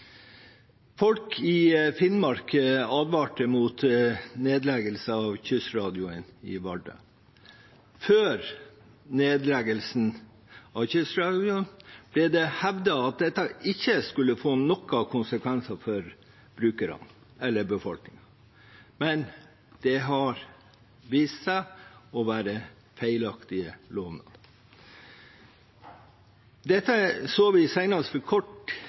Folk i Finnmark advarte mot nedleggelse av kystradioen i Vardø. Før nedleggelsen av kystradioen ble det hevdet at dette ikke skulle få noen konsekvenser for brukerne eller befolkningen, men det har vist seg å være feilaktige lovnader. Dette så vi senest for kort